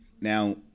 Now